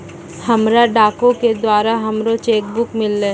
हमरा डाको के द्वारा हमरो चेक बुक मिललै